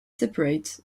separate